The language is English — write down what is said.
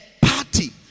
party